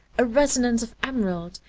a resonance of emerald,